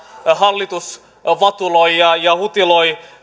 hallitus vatuloi ja hutiloi